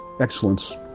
Excellence